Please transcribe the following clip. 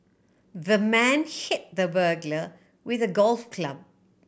the man hit the burglar with a golf club